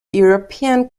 european